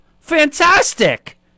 Fantastic